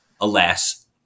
alas